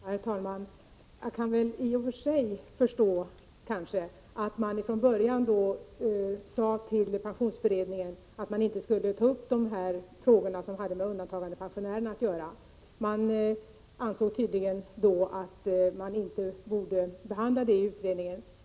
Herr talman! Jag kan kanske i och för sig förstå att man från början sade till pensionsberedningen att den inte skulle ta upp frågor som hade med undantagandepensionärerna att göra. Man ansåg tydligen då att dessa frågor inte borde behandlas i utredningen.